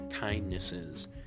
kindnesses